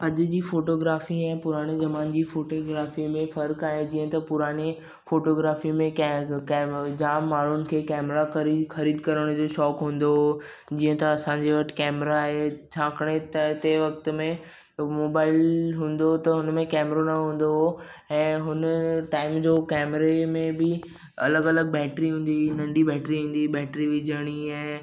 अॼु जी फोटोग्राफी ऐं पुराणे ज़माने जी फोटो ग्राफीअ में फ़र्क़ु आहे जीअं त पुराणे फोटोग्राफीअ में कॅग कॅम जामु माण्हूनि खे कॅमरा ख़रीदु करण जो शौंक़ु हूंदो जीअं त असांजे वटि कॅमरा आहे छाकाणि त तंहिं वक़्तु में मोबाइल हूंदो त उनमें कॅमरा न हूंदो हो ऐं हुन टाइम जो कॅमरे में बि अलॻि अलॻि बॅटरी हूंदी हुई नंढी बॅटरी ईंदी हुई बॅटरी विझिणी आहे